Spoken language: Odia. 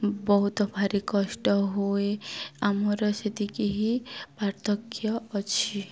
ବହୁତ ଭାରି କଷ୍ଟ ହୁଏ ଆମର ସେତିକି ହିଁ ପାର୍ଥକ୍ୟ ଅଛି